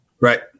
Right